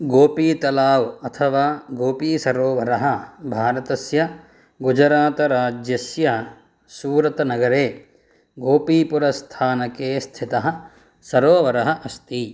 गोपीतलाव् अथवा गोपीसरोवरः भारतस्य गुजरातराज्यस्य सूरतनगरे गोपीपुरस्थानके स्थितः सरोवरः अस्ति